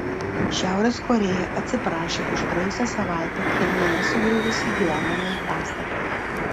šiaurės korėja atsiprašė už praėjusią savaitę pchenjane sugriuvusį gyvenamąjį pastatą